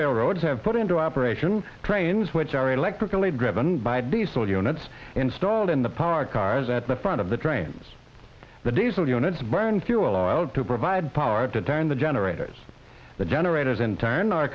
railroads have put into operation trains which are electrically driven by diesel units installed in the park cars at the front of the trains the diesel units burn fuel out to provide power to turn the generators the generators in turn are